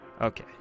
Okay